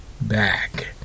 Back